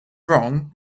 wrong